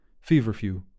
feverfew